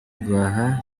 guhaha